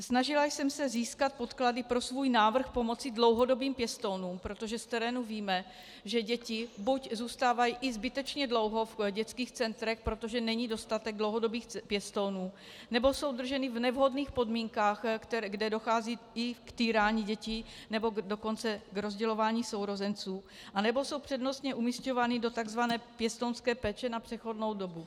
Snažila jsem se získat podklady pro svůj návrh pomoci dlouhodobým pěstounům, protože z terénu víme, že děti buď zůstávají i zbytečně dlouho v dětských centrech, protože není dostatek dlouhodobých pěstounů, nebo jsou drženy v nevhodných podmínkách, kde dochází i k týrání dětí, nebo dokonce k rozdělování sourozenců, anebo jsou přednostně umisťovány do tzv. pěstounské péče na přechodnou dobu.